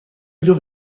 جفت